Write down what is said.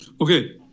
Okay